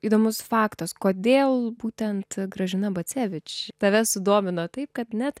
įdomus faktas kodėl būtent gražina bacevič tave sudomino taip kad net